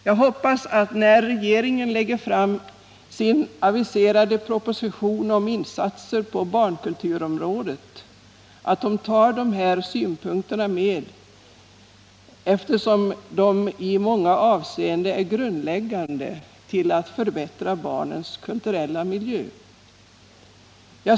Jag hoppas att regeringen när den lägger fram sin aviserade proposition om ”Insatser på barnkulturområdet” tar med de här synpunkterna, eftersom de i många avseenden är grundläggande för att vi skall kunna förbättra barnens kulturella miljö.